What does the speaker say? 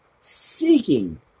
seeking